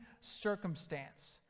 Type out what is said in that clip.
circumstance